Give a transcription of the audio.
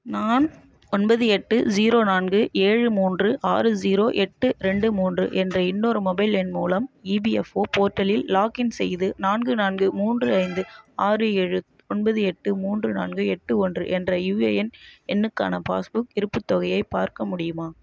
நான் ஒன்பது எட்டு ஜீரோ நான்கு ஏழு மூன்று ஆறு ஜீரோ எட்டு ரெண்டு மூன்று என்ற இன்னொரு மொபைல் எண் மூலம் ஈபிஎஃப்ஓ போர்ட்டலில் லாகின் செய்து நான்கு நான்கு மூன்று ஐந்து ஆறு ஏழு ஒன்பது எட்டு மூன்று நான்கு எட்டு ஒன்று என்ற யூஏஎன் எண்ணுக்கான பாஸ்புக் இருப்புத் தொகையை பார்க்க முடியுமா